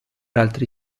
altri